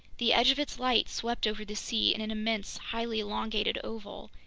the edge of its light swept over the sea in an immense, highly elongated oval,